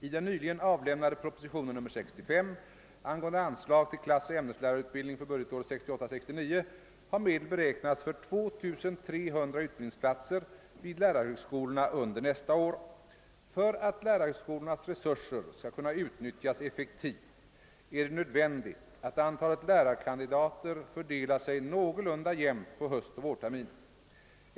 I den nyligen avlämnade propositionen nr 65 angående anslag till klassoch ämneslärarutbildning för budgetåret 1968/69 har medel beräknats för 2300 utbildningsplatser vid lärarhögskolorna under nästa läsår. För att lärarhögskolornas resurser skall kunna utnyttjas effektivt är det nödvändigt att antalet lärarkandidater fördelar sig någorlunda jämnt på höstoch vårtermin.